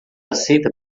aceita